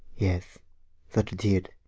yes that a did,